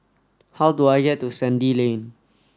how do I get to Sandy Lane